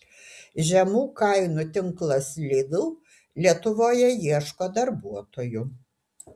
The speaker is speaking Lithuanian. žemų kainų tinklas lidl lietuvoje ieško darbuotojų